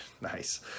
Nice